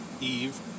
Eve